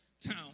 town